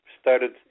started